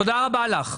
תודה רבה לך.